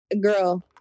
girl